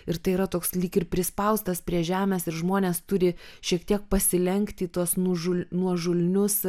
ir tai yra toks lyg ir prispaustas prie žemės ir žmonės turi šiek tiek pasilenkti į tuos nužul nuožulnius